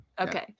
okay